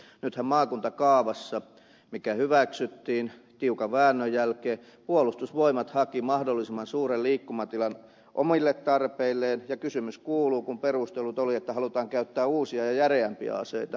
nythän maakuntakaavassa mikä hyväksyttiin tiukan väännön jälkeen puolustusvoimat haki mahdollisimman suuren liikkumatilan omille tarpeilleen ja kysymys kuuluu kun perustelut olivat että halutaan käyttää uusia ja järeämpiä aseita